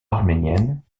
arménienne